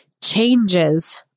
changes